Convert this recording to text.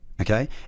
Okay